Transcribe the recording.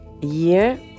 year